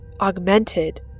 Augmented